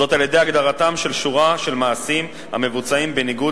על-ידי הגדרת שורה של מעשים המבוצעים בניגוד